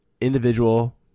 individual